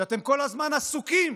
שאתם כל הזמן עסוקים